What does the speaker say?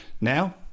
Now